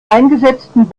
eingesetzten